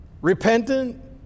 repentant